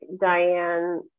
Diane